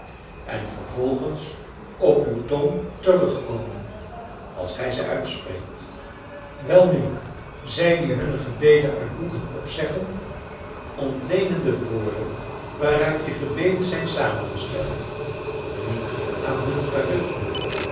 en vervolgens op uw tong terugkomen als gij ze uitspreekt welnu zij die hunne gebeden uit boeken opzeggen ontleenen de woorden waaruit die gebeden zijn samengesteld niet aan hun geheugen